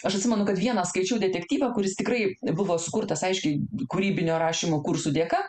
aš atsimenu kad vieną skaičiau detektyvą kuris tikrai buvo sukurtas aiškiai kūrybinio rašymo kursų dėka